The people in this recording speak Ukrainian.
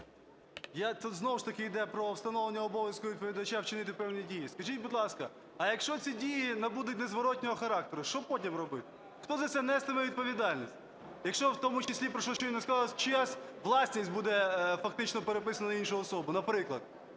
Тут, знову ж таки, йде про встановлення обов'язку відповідача вчинити певні дії. Скажіть, будь ласка, а якщо ці дії набудуть незворотного характеру, що потім робити? Хто за це нестиме відповідальність, якщо в тому числі, про що щойно сказали, чиясь власність буде фактично переписана на іншу особу, наприклад?